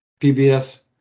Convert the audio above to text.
pbs